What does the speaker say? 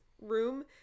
Room